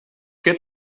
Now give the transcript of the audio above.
què